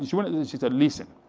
she and she said, listen,